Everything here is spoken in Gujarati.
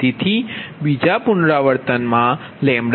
તેથી બીજું પુનરાવર્તન 118